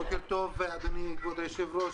בוקר טוב, כבוד היושב-ראש.